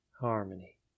harmony